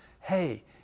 Hey